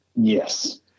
Yes